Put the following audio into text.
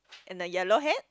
and the yellow hat